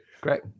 Great